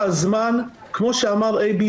כמו שאמר איייב,